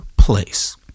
place